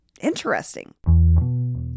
interesting